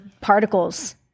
particles